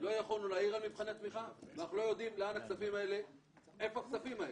לא יכולנו להעיר על מבחני תמיכה ואנחנו לא יודעים איפה הכספים האלה.